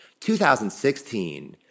2016